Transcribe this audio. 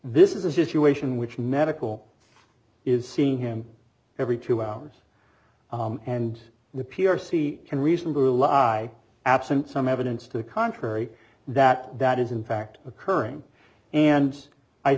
this is a situation which medical is seeing him every two hours and the p r c can reasonably rely absent some evidence to the contrary that that is in fact occurring and i